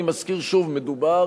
אני מזכיר שוב: מדובר